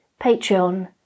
Patreon